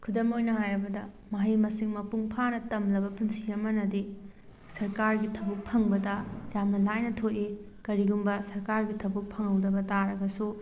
ꯈꯨꯗꯝ ꯑꯣꯏꯅ ꯍꯥꯏꯔꯕꯗ ꯃꯍꯩ ꯃꯁꯤꯡ ꯃꯄꯨꯡ ꯐꯥꯅ ꯇꯝꯂꯕ ꯄꯨꯟꯁꯤ ꯑꯃꯅꯗꯤ ꯁꯔꯀꯥꯔꯒꯤ ꯊꯕꯛ ꯐꯪꯕꯗ ꯌꯥꯝꯅ ꯂꯥꯏꯅ ꯊꯣꯛꯏ ꯀꯔꯤꯒꯨꯝꯕ ꯁꯔꯀꯥꯔꯒꯤ ꯊꯕꯛ ꯐꯪꯍꯧꯗꯕ ꯇꯥꯔꯒꯁꯨ